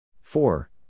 four